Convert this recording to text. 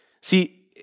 See